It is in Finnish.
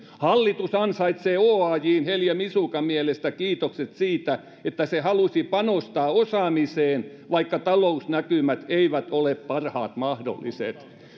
hallitus ansaitsee oajn heljä misukan mielestä kiitokset siitä että se halusi panostaa osaamiseen vaikka talousnäkymät eivät ole parhaat mahdolliset